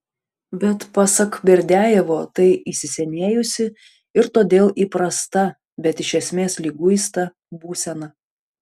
bet pasak berdiajevo tai įsisenėjusi ir todėl įprasta bet iš esmės liguista būsena